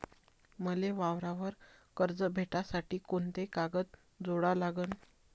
मले वावरावर कर्ज भेटासाठी कोंते कागद जोडा लागन?